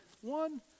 One